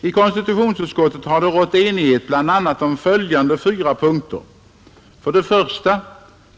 I konstitutionsutskottet har det rått enighet bl.a. om följande fyra punkter: 1.